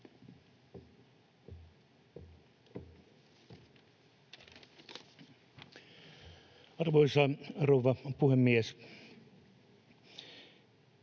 Arvoisa rouva puhemies!